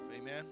amen